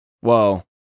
Whoa